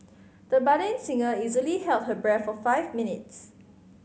the budding singer easily held her breath for five minutes